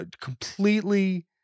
completely